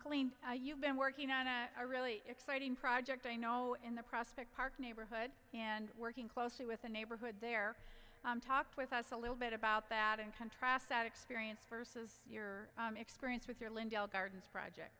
clean you've been working on a really exciting project i know in the prospect park neighborhood and working closely with the neighborhood there i'm talked with us a little bit about that and contrast that experience versus your experience with your lindale gardens project